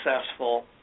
successful